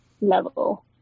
level